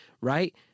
right